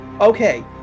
Okay